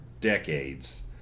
decades